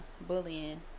bullying